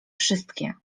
wszystkie